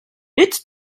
ets